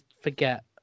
forget